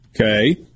Okay